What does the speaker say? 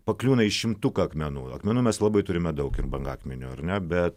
pakliūna į šimtuką akmenų akmenų mes labai turime daug ir brangakmenių ar ne bet